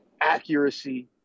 accuracy